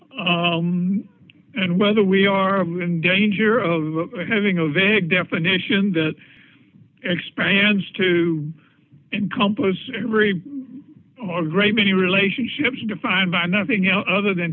and whether we are in danger of having a vague definition that expands to encompass every great many relationships defined by nothing else other than